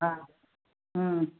हा हा